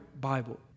Bible